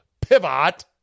Pivot